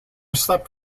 slept